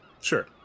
Sure